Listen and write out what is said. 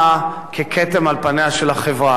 ולכן אני הלכתי למהלך של הסדרה.